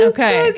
Okay